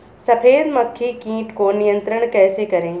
सफेद मक्खी कीट को नियंत्रण कैसे करें?